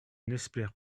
n’espère